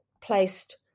placed